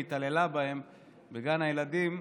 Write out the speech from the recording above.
התעללה בהם בגן הילדים,